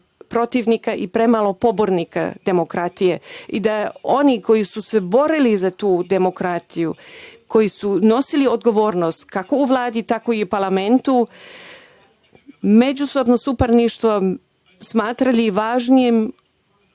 protivnika i premalo pobornika demokratije i da oni koji su se borili za tu demokratiju, koji su nosili odgovornost, kako u Vladi, tako i u parlamentu, međusobno suparništvo su smatrali važnijim